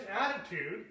attitude